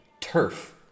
turf